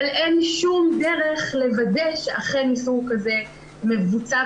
אבל אין שום דרך לוודא שאכן איסור כזה מבוצע,